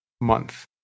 month